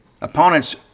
opponents